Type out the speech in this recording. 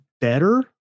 better